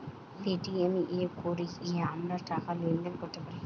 Paytm এ কোরে আমরা টাকা লেনদেন কোরতে পারি